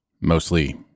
mostly